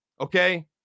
Okay